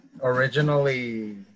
originally